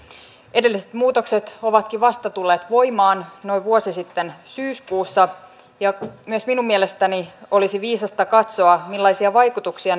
edelliset muutokset ovatkin vasta tulleet voimaan noin vuosi sitten syyskuussa myös minun mielestäni olisi viisasta katsoa millaisia vaikutuksia